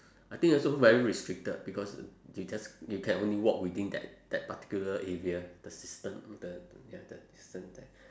I think also very restricted because you just you can only walk within that that particular area the system the the ya the distance there